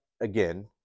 again